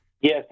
Yes